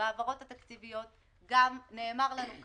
בעמותות וברוב המקרים, אגב,